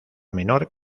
menor